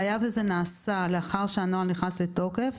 והיה וזה נעשה לאחר שהנוהל נכנס לתוקף,